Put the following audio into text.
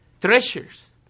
treasures